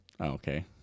okay